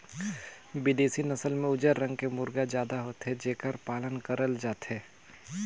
बिदेसी नसल में उजर रंग के मुरगा जादा होथे जेखर पालन करल जाथे